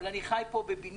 אבל אני חי פה בבניין.